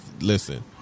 Listen